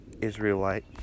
Israelite